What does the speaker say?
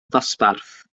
ddosbarth